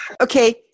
Okay